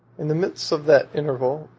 in the midst of that interval,